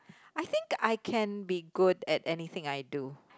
I think I can be good at anything I do